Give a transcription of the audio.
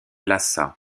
lhassa